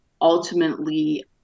ultimately